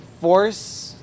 force